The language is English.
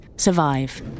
survive